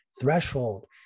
threshold